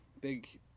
Big